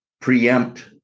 preempt